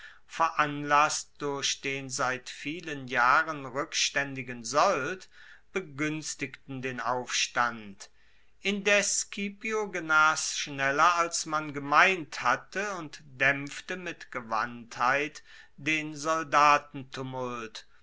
veranlasst durch den seit vielen jahren rueckstaendigen sold beguenstigten den aufstand indes scipio genas schneller als man gemeint hatte und daempfte mit gewandtheit den